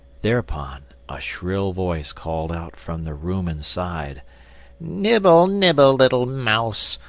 thereupon a shrill voice called out from the room inside nibble, nibble, little mouse,